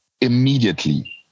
immediately